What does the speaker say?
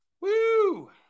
Woo